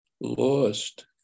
lost